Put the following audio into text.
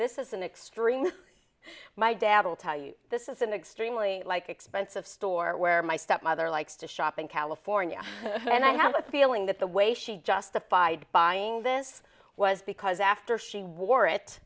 this is an extreme my dad will tell you this is an extremely like expensive store where my stepmother likes to shop in california and i have a feeling that the way she justified buying this was because after she wore it